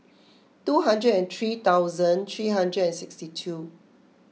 two hundred and three thousand three hundred and sixty two